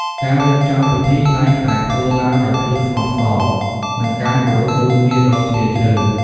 ការរៀបចំពិធីតែងតែធ្វើឡើងដោយភាពស្មោះសរ និងការគោរពបូជាដ៏ជ្រាលជ្រៅ។